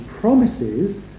promises